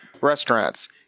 restaurants